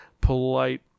polite